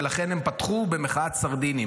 ולכן הם פתחו במחאת סרדינים.